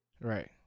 Right